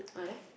ah there